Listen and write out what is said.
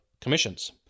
commissions